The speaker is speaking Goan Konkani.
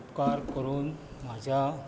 उपकार करून म्हाज्या